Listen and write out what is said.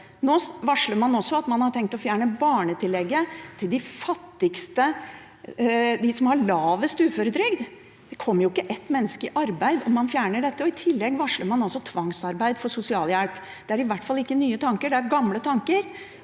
Nå varsler man også at man har tenkt å fjerne barnetillegget til de fattigste, de som har lavest uføretrygd. Det kommer jo ikke ett menneske i arbeid om man fjerner dette. I tillegg varsler man tvangsarbeid for sosialhjelp. Det er i hvert fall ikke nye tanker, det er gamle tanker,